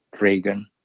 Reagan